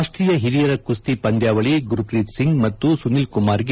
ರಾಷ್ಷೀಯ ಹಿರಿಯರ ಕುಸ್ತಿ ಪಂದ್ಲಾವಳಿ ಗುರ್ಪ್ರೀತ್ ಸಿಂಗ್ ಮತ್ತು ಸುನಿಲ್ಕುಮಾರ್ಗೆ ಚಿನ್ನ